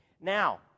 Now